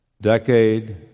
decade